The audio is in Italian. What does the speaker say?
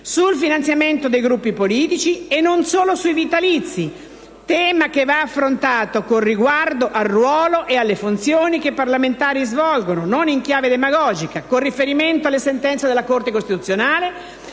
sul finanziamento dei Gruppi politici e non solo sui vitalizi. Tale tema va affrontato con riguardo al ruolo e alle funzioni che i parlamentari svolgono, non in chiave demagogica, e con riferimento alle sentenze della Corte costituzionale.